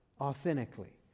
authentically